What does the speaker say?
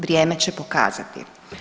Vrijeme će pokazati.